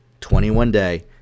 21-day